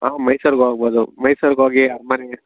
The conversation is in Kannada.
ಹಾಂ ಮೈಸೂರ್ಗೆ ಹೋಗ್ಬೋದು ಮೈಸೂರ್ಗ್ ಹೋಗಿ ಅರಮನೆ